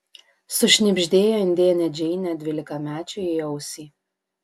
sušnibždėjo indėnė džeinė dvylikamečiui į ausį